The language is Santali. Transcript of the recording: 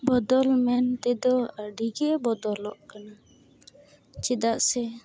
ᱵᱚᱫᱚᱞ ᱢᱮᱱ ᱛᱮᱫᱚ ᱟᱹᱰᱤ ᱜᱮ ᱵᱚᱫᱚᱞᱚᱜ ᱠᱟᱱᱟ ᱪᱮᱫᱟᱜ ᱥᱮ